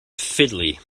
fiddly